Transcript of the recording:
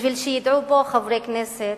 כדי שידעו פה חברי הכנסת,